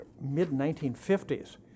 mid-1950s